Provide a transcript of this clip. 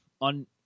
on